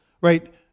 right